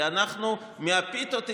כי אנחנו מהפיתות התקדמנו.